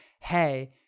hey